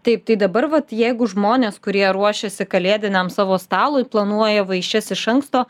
taip tai dabar vat jeigu žmonės kurie ruošiasi kalėdiniam savo stalui planuoja vaišes iš anksto